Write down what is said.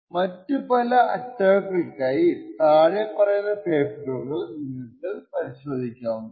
മറ്റു പല അറ്റാക്കുകൾക്കായി താഴെ പറയുന്ന പേപ്പറുകൾ പരിശോധിക്കാവുന്നതാണ്